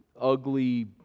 ugly